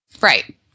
Right